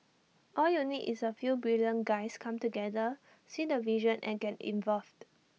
all you need is A few brilliant guys come together see the vision and get involved